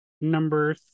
Number